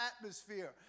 atmosphere